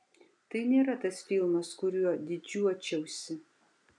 tai nėra tas filmas kuriuo didžiuočiausi